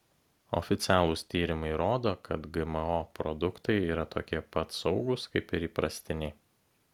oficialūs tyrimai rodo kad gmo produktai yra tokie pat saugūs kaip ir įprastiniai